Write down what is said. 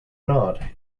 not